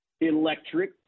electric